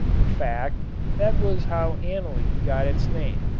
in fact that was how aniline got its name,